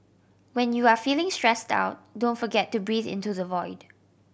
when you are feeling stressed out don't forget to breathe into the void